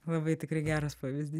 labai tikrai geras pavyzdy